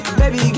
baby